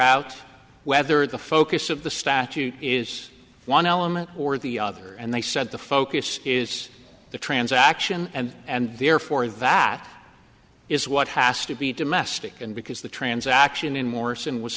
out whether the focus of the statute is one element or the other and they said the focus is the transaction and and therefore that is what has to be domestic and because the transaction in morson was